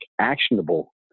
actionable